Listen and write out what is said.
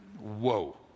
whoa